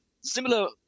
similar